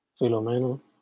Filomeno